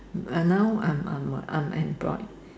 uh now I'm I'm unemployed